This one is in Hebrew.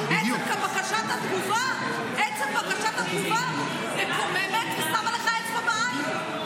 אבל עצם בקשת התגובה מקוממת ושמה לך אצבע בעין.